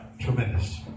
tremendous